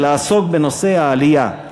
ולעסוק בנושא העלייה,